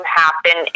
happen